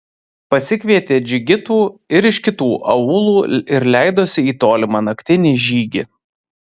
pasikvietė džigitų ir iš kitų aūlų ir leidosi į tolimą naktinį žygį